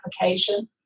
application